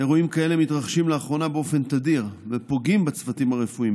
אירועים כאלה מתרחשים לאחרונה באופן תדיר ופוגעים בצוותים הרפואיים,